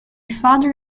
father